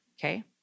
Okay